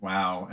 Wow